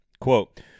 Quote